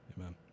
Amen